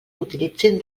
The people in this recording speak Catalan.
utilitzin